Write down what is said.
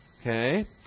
okay